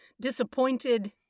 disappointed